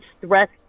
threat